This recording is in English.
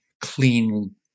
clean